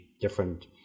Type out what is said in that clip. different